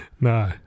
No